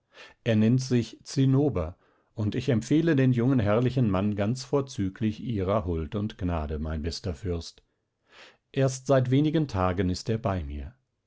er nennt sich zinnober und ich empfehle den jungen herrlichen mann ganz vorzüglich ihrer huld und gnade mein bester fürst erst seit wenigen tagen ist er bei mir